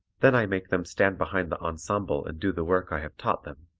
then i make them stand behind the ensemble and do the work i have taught them,